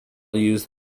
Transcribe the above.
used